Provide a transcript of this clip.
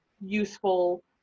useful